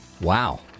Wow